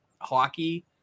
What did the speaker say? hockey